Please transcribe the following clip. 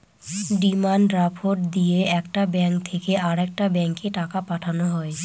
demand draft দিয়ে একটা bank থেকে আরেকটা ব্যাঙ্কে টাকা পাঠানো হয়